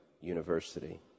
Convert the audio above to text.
University